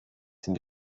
sind